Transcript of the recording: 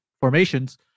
formations